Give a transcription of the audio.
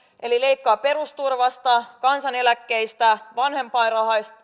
eli leikkaa perusturvasta kansaneläkkeistä vanhempainrahoista